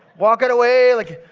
walking away like.